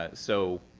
ah so